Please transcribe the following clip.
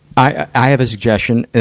i, i have a suggestion.